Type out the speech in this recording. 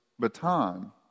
baton